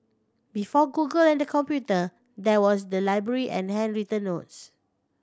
before Google and computer there was the library and handwritten notes